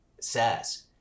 says